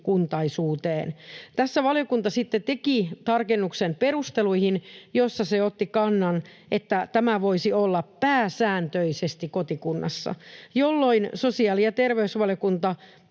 kotikuntaisuuteen. Tässä valiokunta sitten teki perusteluihin tarkennuksen, jossa se otti kannan, että tämä voisi olla pääsääntöisesti kotikunnassa, jolloin sosiaali‑ ja terveysvaliokunta